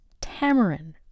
tamarind